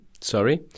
sorry